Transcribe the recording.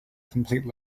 complete